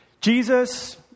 Jesus